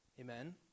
Amen